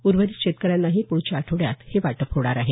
उर्वरित शेतकऱ्यांनाही प्रढच्या आठवड्यात हे वाटप होणार आहे